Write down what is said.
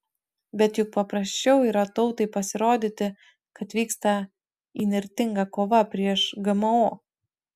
bet juk paprasčiau yra tautai pasirodyti kad vyksta įnirtinga kova prieš gmo